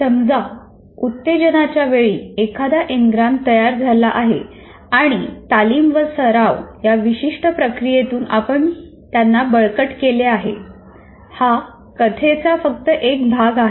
समजा उत्तेजनाच्या वेळी एखादा एनग्राम तयार झाला आहे आणि तालीम व सराव या विशिष्ट प्रक्रियेतून आपण त्यांना बळकट केले आहे हा कथेचा फक्त एक भाग आहे